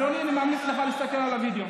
אדוני, אני ממליץ לך להסתכל על הווידיאו.